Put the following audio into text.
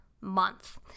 month